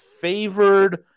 favored